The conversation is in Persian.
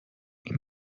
این